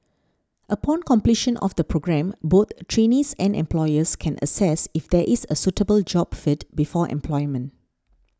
upon completion of the programme both trainees and employers can assess if there is a suitable job fit before employment